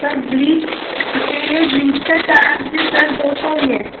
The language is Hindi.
सर ब्लीच अकेले ब्लीच का चार्ज सर दो सौ ही है